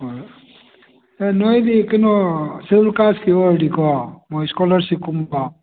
ꯍꯣꯏ ꯍꯦ ꯅꯣꯏꯒꯤ ꯀꯩꯅꯣ ꯁꯦꯗꯨꯜ ꯀꯥꯁꯀꯤ ꯑꯣꯏꯔꯗꯤꯀꯣ ꯃꯣꯏ ꯏꯁꯀꯣꯂꯥꯔꯁꯤꯞꯀꯨꯝꯕ